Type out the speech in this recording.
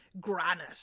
granite